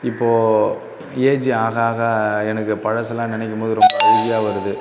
இப்போது ஏஜ் ஆக ஆக எனக்கு பழசுலாம் நினக்கும் போது ரொம்ப அழுகையாக வருது